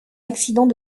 accident